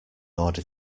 order